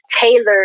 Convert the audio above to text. tailored